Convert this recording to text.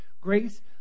grace